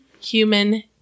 human